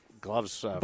gloves